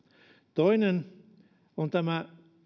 toinen asia on tämä